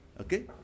okay